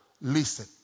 listen